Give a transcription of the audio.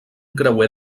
creuer